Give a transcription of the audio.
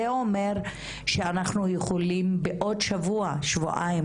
זה אומר שאנחנו יכולים בעוד שבוע שבועיים